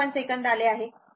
1 second आले आहे